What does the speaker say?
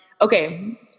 okay